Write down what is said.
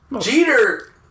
Jeter